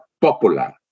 popular